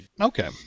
Okay